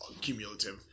cumulative